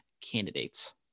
candidates